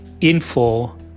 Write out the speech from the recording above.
info